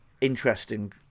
interesting